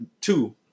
Two